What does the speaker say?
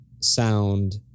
sound